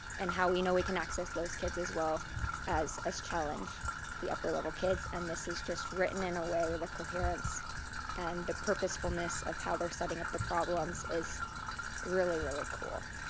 and how we know we can access those kids, as well as as challenge the upper-level kids. and this is just written in a way where the coherence and the purposefulness of how they're setting up the problems is really, really cool.